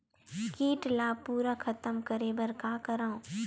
कीट ला पूरा खतम करे बर का करवं?